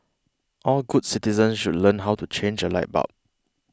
all good citizens should learn how to change a light bulb